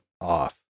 off